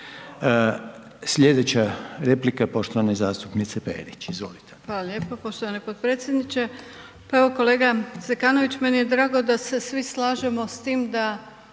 Slijedeća replika je poštovane zastupnice Perić, izvolite. **Perić, Grozdana (HDZ)** Hvala lijepo poštovani potpredsjedniče. Pa evo kolega Zekanović meni je drago da se svi slažemo s tim da